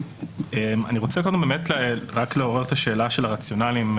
אני רוצה לעורר את השאלה של הרציונלים.